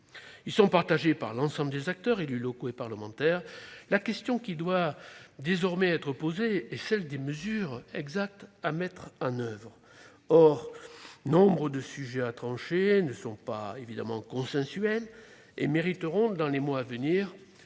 sont partagés par l'ensemble des acteurs, élus locaux et parlementaires. La question qui doit désormais être posée est celle des mesures à mettre en oeuvre. Or nombre de sujets à trancher ne sont pas consensuels et mériteront dans les mois à venir